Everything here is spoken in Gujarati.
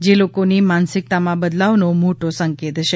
જે લોકોની માનસિકતામાં બદલાવનો મોટો સંકેત છે